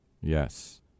Yes